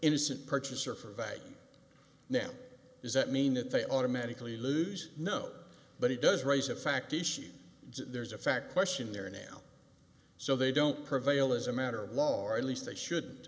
innocent purchaser for value now does that mean that they automatically lose no but it does raise a fact issue there's a fact question there now so they don't prevail as a matter of law or at least they should